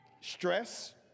Stress